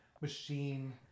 machine